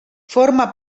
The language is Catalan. forma